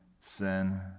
sin